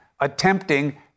attempting